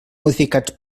modificats